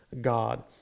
God